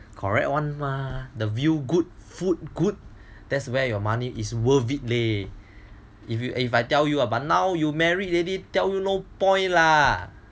correct [one] mah the view good food good that's where your money is worth it leh if I tell you ah but now you married already tell you no point lah